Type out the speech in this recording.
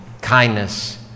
kindness